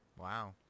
Wow